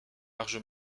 large